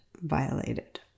violated